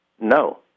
no